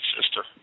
sister